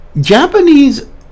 Japanese